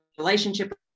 relationship